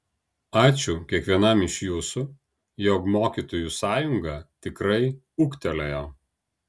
ačiū kiekvienam iš jūsų jog mokytojų sąjunga tikrai ūgtelėjo